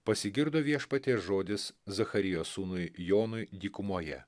pasigirdo viešpaties žodis zacharijo sūnui jonui dykumoje